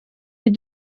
est